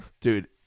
Dude